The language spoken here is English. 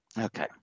Okay